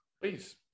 Please